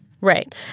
Right